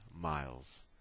miles